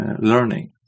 learning